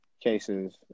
cases